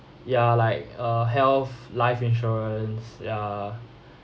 ya like a health life insurance ya